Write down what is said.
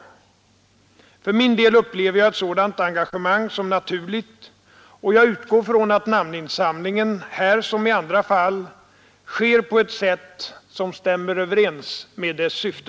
För min del upplever jag ett sådant engagemang som naturligt, och jag utgår från att namninsamlingen — här som i andra fall — sker på ett sätt som stämmer överens med dess syfte.